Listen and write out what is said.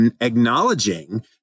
acknowledging